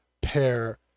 Pair